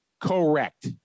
Correct